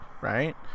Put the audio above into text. right